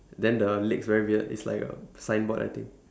then the legs very weird it's like a signboard I think